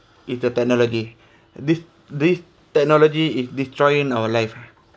if the technology this this technology is destroying our life